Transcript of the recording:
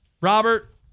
Robert